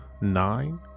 nine